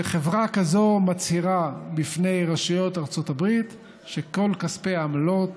חברה כזו מצהירה בפני רשויות ארצות הברית שכל כספי העמלות